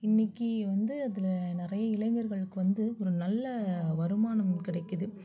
இன்றைக்கி வந்து அதில் நிறைய இளைஞர்களுக்கு வந்து ஒரு நல்ல வருமானம் கிடைக்குது